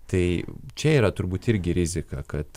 tai čia yra turbūt irgi rizika kad